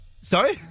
Sorry